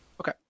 Okay